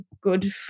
good